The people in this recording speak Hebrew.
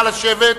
נא לשבת.